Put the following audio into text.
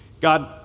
God